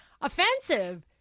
offensive